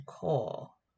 call